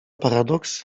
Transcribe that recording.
paradoks